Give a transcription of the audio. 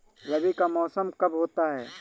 रबी का मौसम कब होता हैं?